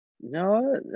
no